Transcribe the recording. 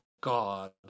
God